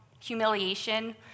humiliation